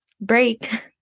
break